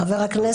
כן.